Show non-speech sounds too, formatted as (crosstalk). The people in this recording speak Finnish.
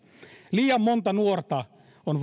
liian monta nuorta on (unintelligible)